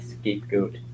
scapegoat